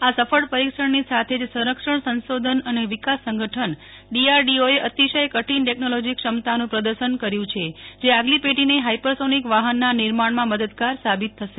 આ સફળ પરીક્ષણની સાથે સંશોધન અને વિકાસ સંગઠન ડીઆરડીઓએ અતિશય કઠિન ટેકનોલોજી ક્ષમતાનું પ્રદર્શન કર્યુ છે જે આગલી પેઢીને હાઈપરસોનિક વાહનના નિર્માણમાં મદદગાર સાબિત થશે